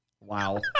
Wow